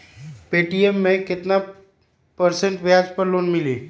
Paytm मे केतना percent ब्याज पर लोन मिली?